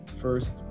first